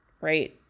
right